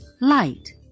light